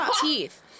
teeth